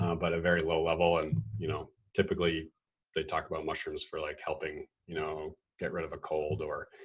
um but a very low level. and you know typically they talk about mushrooms for like helping you know get rid of a cold or